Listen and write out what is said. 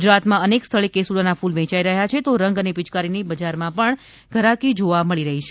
ગુજરાતમાં અનેક સ્થળે કેસુડાંના ફૂલ વેયાઈ રહ્યા છે તો રંગ અને પિયકારીની બજારમાં પણ ઘરાકી જોવા મળી છે